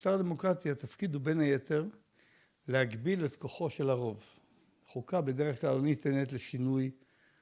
במשטר דמוקרטי התפקיד הוא בין היתר להגביל את כוחו של הרוב, חוקה בדרך כלל לא ניתנת לשינוי